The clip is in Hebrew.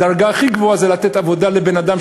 הדרגה הכי גבוהה היא לתת עבודה לבן-אדם,